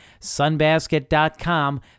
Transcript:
sunbasket.com